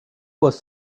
was